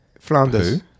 Flanders